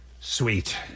Sweet